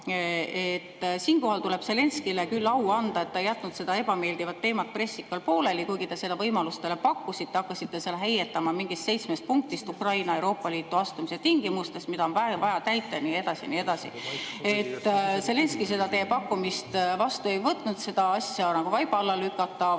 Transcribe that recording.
Siinkohal tuleb Zelenskõile küll au anda, et ta ei jätnud seda ebameeldivat teemat pressikal pooleli, kuigi te seda võimalust talle pakkusite, hakkasite seal heietama mingist seitsmest punktist, Ukraina Euroopa Liitu astumise tingimustest, mida on vaja täita, ja nii edasi. Zelinskõi seda teie pakkumist vastu ei võtnud, et seda asja nagu vaiba alla lükata, vaid